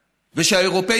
ושהאירופים,